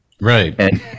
Right